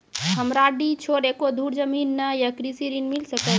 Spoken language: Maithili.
हमरा डीह छोर एको धुर जमीन न या कृषि ऋण मिल सकत?